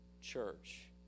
church